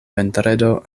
vendredo